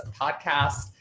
podcast